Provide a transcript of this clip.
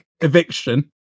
eviction